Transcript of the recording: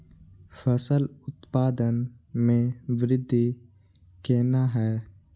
फसल उत्पादन में वृद्धि केना हैं?